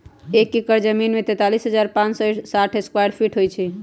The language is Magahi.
एक एकड़ जमीन में तैंतालीस हजार पांच सौ साठ स्क्वायर फीट होई छई